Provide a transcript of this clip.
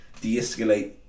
de-escalate